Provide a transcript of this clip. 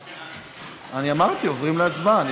אמרתי, עוברים להצבעה.